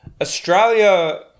Australia